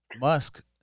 Musk